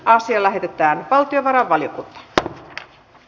asia lähetettiin valtiovarainvaliokuntaan